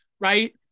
right